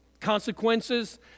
Consequences